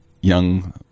young